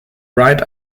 wright